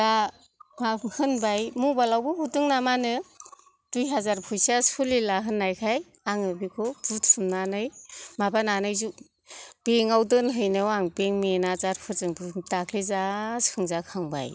दा हा होनबाय मबाइलावबो हरदों नामानो दुइ हाजार फैसा सोलिला होननायखाय आङो बिखौ बुथुमनानै माबानानै बेंकआव दोनहैनायाव आं बेंक मेनेजारफोजों दाखालि जा सोंजाखांबाय